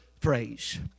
phrase